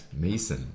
Mason